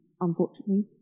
unfortunately